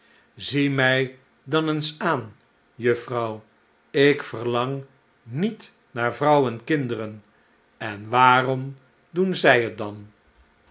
zie mij dan eens aan juffrouw ik verlang niet naar vrouw en kinderen en waarom doen zij het dan